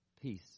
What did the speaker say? peace